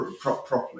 properly